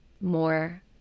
more